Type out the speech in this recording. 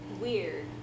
weird